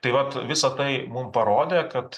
tai vat visa tai mum parodė kad